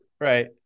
right